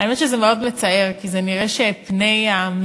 האמת היא שזה מאוד מצער, כי נראה שפני המליאה